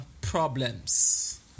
problems